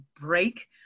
break